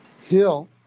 hill